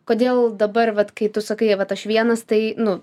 kodėl dabar vat kai tu sakai vat aš vienas tai nu